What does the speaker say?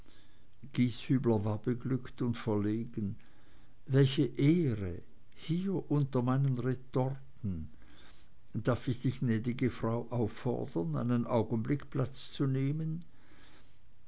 gieshübler war beglückt und verlegen welche ehre hier unter meinen retorten darf ich die gnädige frau auffordern einen augenblick platz zu nehmen